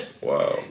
Wow